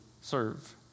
serve